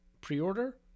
pre-order